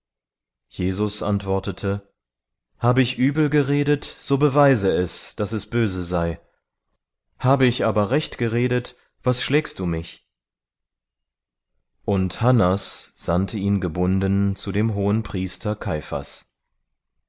jesus antwortete habe ich übel geredet so beweise es daß es böse sei habe ich aber recht geredet was schlägst du mich und hannas sandte ihn gebunden zu dem hohenpriester